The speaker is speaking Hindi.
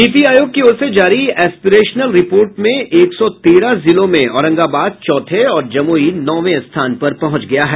नीति आयोग की ओर से जारी एस्पिरेशनल रिपोर्ट में एक सौ तेरह जिलों में औरंगाबाद चौथे और जमुई नौवें स्थान पर पहुंच गया है